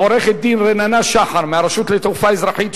לעורכת-הדין רננה שחר מהרשות לתעופה אזרחית,